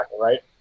right